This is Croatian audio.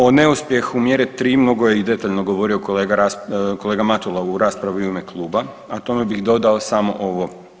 O neuspjehu mjere 3 mnogo i detaljno govorio kolega Matula u raspravi u ime kluba, a tome bih dodao samo ovo.